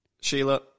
Sheila